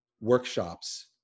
workshops